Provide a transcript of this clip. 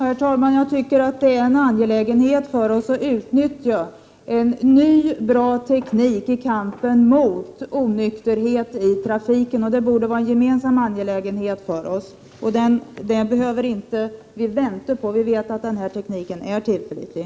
Herr talman! Jag tycker att det är angeläget för oss att utnyttja en ny, bra teknik i kampen mot onykterhet i trafiken. Det borde vara en gemensam angelägenhet för oss. Det behöver vi inte vänta för att göra — vi vet att den här tekniken är tillförlitlig.